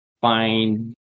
find